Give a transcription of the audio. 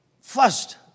First